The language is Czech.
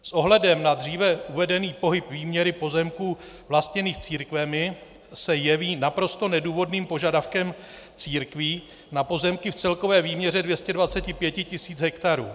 S ohledem na dříve uvedený pohyb výměry pozemků vlastněných církvemi se jeví naprosto nedůvodným požadavkem církví na pozemky v celkové výměře 225 tisíc ha.